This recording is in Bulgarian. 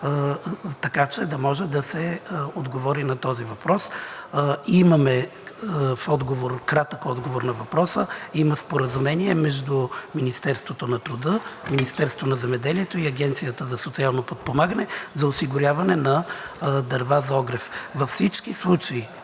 така че да може да се отговори на този въпрос. Имаме кратък отговор на въпроса. Има споразумение между Министерството на труда, Министерството на земеделието и Агенцията за социално подпомагане за осигуряване на дърва за огрев.